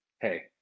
hey